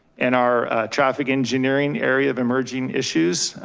and our traffic engineering area of emerging issues.